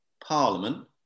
Parliament